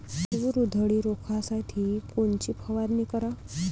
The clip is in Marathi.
तूर उधळी रोखासाठी कोनची फवारनी कराव?